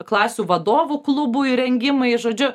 klasių vadovų klubų įrengimai žodžiu